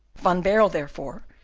van baerle, therefore,